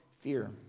fear